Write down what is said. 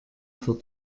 für